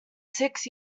six